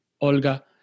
Olga